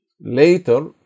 Later